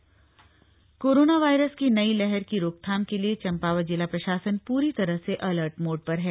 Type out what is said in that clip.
Covid Champawat corona virus की नई लहर की रोकथाम के लिए चंपावत जिला प्रशासन पूरी तरह से अलर्ट मोड पर है